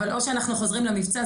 אבל או שאנחנו חוזרים למבצע,